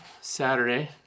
saturday